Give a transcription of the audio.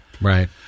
right